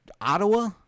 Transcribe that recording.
Ottawa